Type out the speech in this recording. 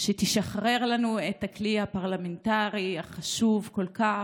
שתשחרר לנו את הכלי הפרלמנטרי החשוב כל כך,